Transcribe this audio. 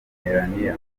melania